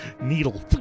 needle